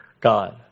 God